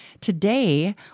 Today